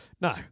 no